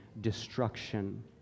destruction